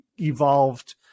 evolved